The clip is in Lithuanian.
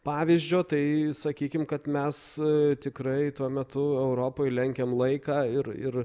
pavyzdžio tai sakykim kad mes tikrai tuo metu europoj lenkiam laiką ir ir